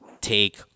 take